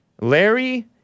Larry